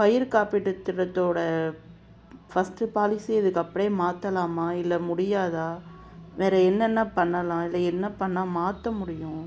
பயிர் காப்பீட்டு திட்டத்தோடய ஃபஸ்டு பாலிசி இதுக்கு அப்படியே மாற்றலாமா இல்லை முடியாதா வேறு என்னென்ன பண்ணலாம் இல்லை என்ன பண்ணால் மாற்ற முடியும்